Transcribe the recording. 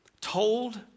told